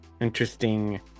interesting